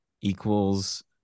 equals